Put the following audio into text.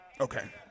Okay